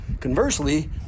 conversely